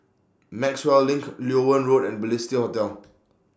Maxwell LINK Loewen Road and Balestier Hotel